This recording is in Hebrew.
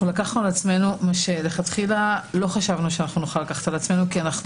לקחנו על עצמנו מה שלכתחילה לא חשבנו שנוכל לקחת על עצמנו כי אנו